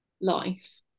life